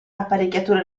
apparecchiature